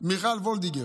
מיכל וולדיגר,